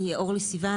אני אורלי סיון,